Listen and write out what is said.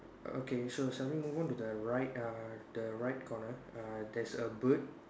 okay so shall we move on to the right err the right corner err there's a bird